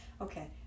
okay